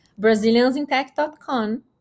braziliansintech.com